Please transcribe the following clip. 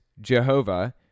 Jehovah